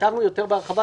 כתבנו יותר בהרחבה.